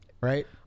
right